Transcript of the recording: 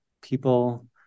people